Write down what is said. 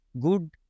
good